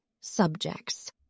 subjects